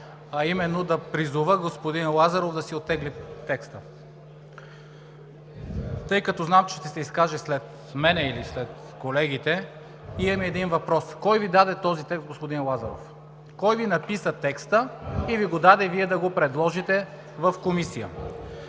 а именно да призова господин Лазаров да си оттегли текста. Тъй като знам, че ще се изкаже след мен или след колегите, имам и един въпрос: кой Ви даде този текст, господин Лазаров? Кой Ви написа текста и Ви го даде Вие да го предложите в Комисията?